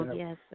yes